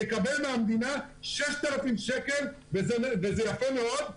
יקבל מהמדינה 6,000 שקל וזה יפה מאוד,